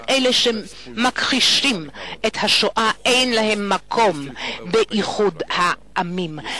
כל אלה שמכחישים את השואה אין להם מקום בקהילת העמים התרבותיים,